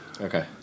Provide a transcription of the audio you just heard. Okay